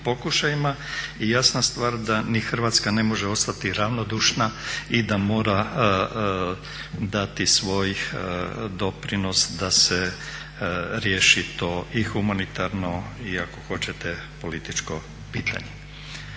i jasna stvar da ni Hrvatska ne može ostati ravnodušna i da mora dati svoj doprinos da se riješi to i humanitarno i ako hoćete političko pitanje.